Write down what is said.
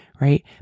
right